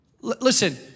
Listen